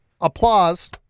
applause